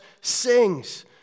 sings